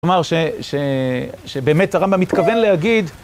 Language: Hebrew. כלומר שבאמת הרמב״ם מתכוון להגיד...